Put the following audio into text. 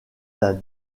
d’un